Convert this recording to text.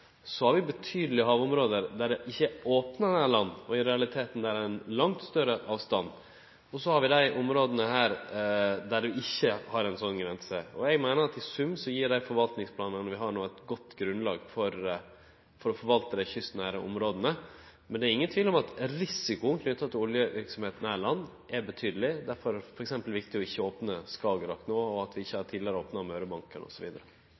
Så har vi betydelege havområde der det ikkje er opna nær land, i realiteten ein langt større avstand. Og så har vi dei områda der det ikkje er ei slik grense. Eg meiner at i sum gjev det forvaltningsplanane vi har no, eit godt grunnlag for å forvalte dei kystnære områda, men det er ingen tvil om at risikoen knytt til oljeverksemd nær land er stor. Det er derfor viktig å ikkje opne Skagerrak no, og at vi ikkje tilrådd noko på Mørebanken, osv. Jeg har